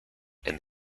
and